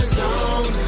zone